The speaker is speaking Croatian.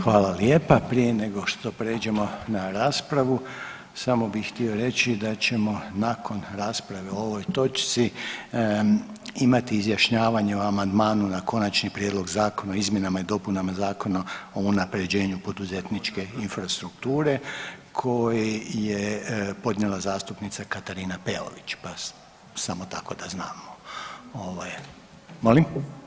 Hvala lijepa, prije nego što prijeđemo na raspravu, samo bih htio reći da ćemo nakon rasprave o ovoj točci imati izjašnjavanje o amandmanu na Konačni prijedlog zakona o izmjenama i dopunama Zakona o unaprjeđenju poduzetničke infrastrukture koji je podnijela zastupnica Katarina Peović, pa samo tako da znamo. ... [[Upadica se ne čuje.]] Molim?